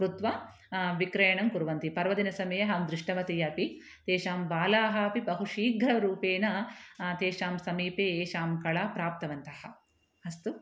कृत्वा विक्रयणं कुर्वन्ति पर्वदिनसमयेहं दृष्टवती अपि तेषां बालाः अपि बहु शीघ्ररूपेण तेषां समीपे येषां कलां प्राप्तवन्तः अस्तु